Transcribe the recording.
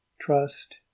Trust